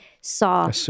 saw